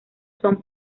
son